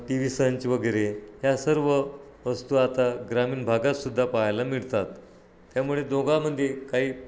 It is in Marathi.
टी व्ही संच वगैरे ह्या सर्व वस्तू आता ग्रामीण भागातसुद्धा पाहायला मिळतात त्यामुळे दोघामध्ये काही